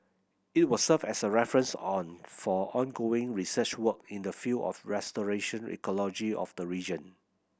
it will serve as a reference on for ongoing research work in the field of restoration ecology of the region